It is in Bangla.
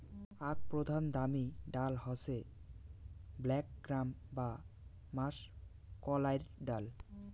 আক প্রধান দামি ডাল হসে ব্ল্যাক গ্রাম বা মাষকলাইর ডাল